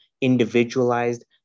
individualized